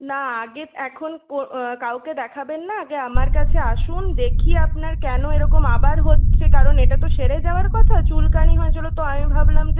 না আগে এখন কাউকে দেখাবেন না আগে আমার কাছে আসুন দেখি আপনার কেন এরকম আবার হচ্ছে কারণ এটা তো সেরে যাওয়ার কথা চুলকানি হয়েছিলো তো আমি ভাবলাম যে